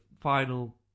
final